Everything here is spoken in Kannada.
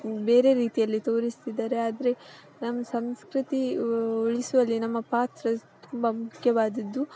ಬೇರೆ ರೀತಿಯಲ್ಲಿ ತೋರಿಸ್ತಿದ್ದಾರೆ ಆದರೆ ನಮ್ಮ ಸಂಸ್ಕೃತಿ ಉಳಿಸುವಲ್ಲಿ ನಮ್ಮ ಪಾತ್ರ ತುಂಬ ಮುಖ್ಯವಾದದ್ದು